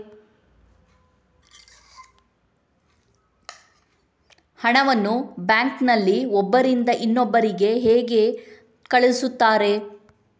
ಹಣವನ್ನು ಬ್ಯಾಂಕ್ ನಲ್ಲಿ ಒಬ್ಬರಿಂದ ಇನ್ನೊಬ್ಬರಿಗೆ ಹೇಗೆ ಕಳುಹಿಸುತ್ತಾರೆ?